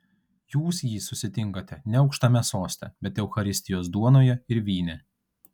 jūs jį susitinkate ne aukštame soste bet eucharistijos duonoje ir vyne